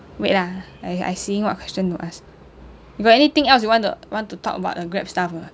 wait ah I I seeing what question to ask you got anything else you want to want to talk about the grab stuff ah